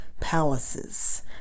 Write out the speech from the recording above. palaces